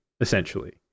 essentially